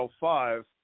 five